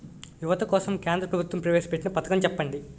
యువత కోసం కేంద్ర ప్రభుత్వం ప్రవేశ పెట్టిన పథకం చెప్పండి?